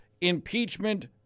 impeachment